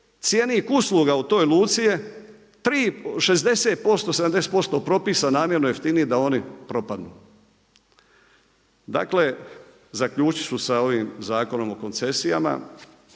cjenik usluga u toj luci je 3, 60%, 70% propisan namjerno jeftino da oni propadnu. Dakle, zaključit ću sa ovim Zakonom o koncesijama.